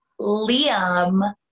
Liam